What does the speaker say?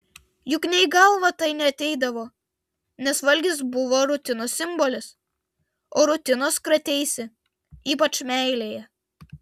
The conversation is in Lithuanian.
juk nė į galvą tai neateidavo nes valgis buvo rutinos simbolis o rutinos krateisi ypač meilėje